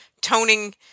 toning